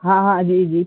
ہاں ہاں جی جی